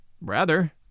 Rather